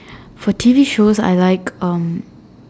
for T_V shows I like um